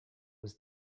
was